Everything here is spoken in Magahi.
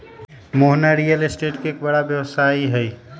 मोहना रियल स्टेट के एक बड़ा व्यवसायी हई